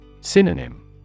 Synonym